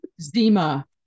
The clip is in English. Zima